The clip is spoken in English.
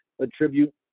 attribute